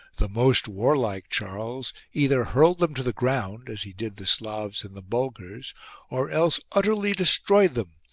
the most warlike charles either hurled them to the ground, as he did the slavs and the bulgars or else utterly destroyed them,